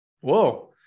whoa